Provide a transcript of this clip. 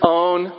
own